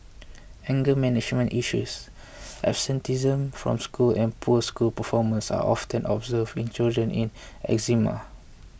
anger management issues absenteeism from school and poor school performance are often observed in children with eczema